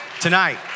tonight